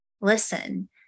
Listen